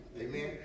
Amen